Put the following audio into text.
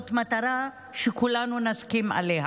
זאת מטרה שכולנו נסכים עליה.